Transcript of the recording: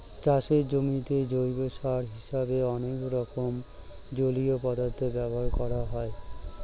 চাষের জমিতে জৈব সার হিসেবে অনেক রকম জলীয় পদার্থ ব্যবহার করা হয়